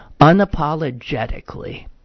unapologetically